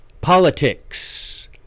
politics